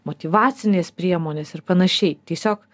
motyvacinės priemonės ir panašiai tiesiog